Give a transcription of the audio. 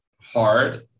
hard